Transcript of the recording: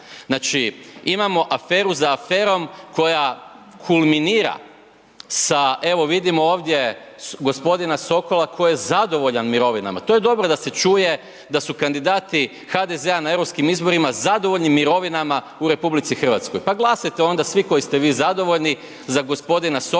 Znači, imamo aferu za aferom koja kulminira sa, evo, vidimo ovdje g. Sokola, koji je zadovoljan mirovinama. To je dobro da se čuje, da su kandidati HDZ-a na europskim mirovinama u RH pa glasajte onda svi koji ste vi zadovoljni za g. Sokola